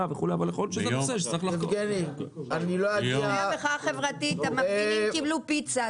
וכו' --- אחרי המחאה החברתית המפגינים קיבלו פיצה.